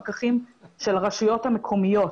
בנוסף לפקחים של הרשויות המקומיות.